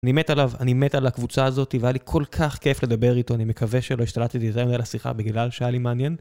אני מת עליו, אני מת על הקבוצה הזאתי והיה לי כל כך כיף לדבר איתו, אני מקווה שלא השתלטתי יותר מידי על השיחה בגלל שהיה לי מעניין.